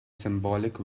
symbolic